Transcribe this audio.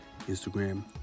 Instagram